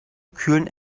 kühlen